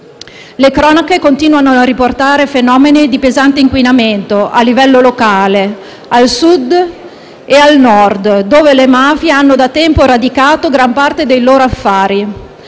Le cronache continuano a riportare fenomeni di pesante inquinamento a livello locale al Sud e al Nord, dove le mafie hanno da tempo radicato gran parte dei loro affari,